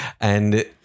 and-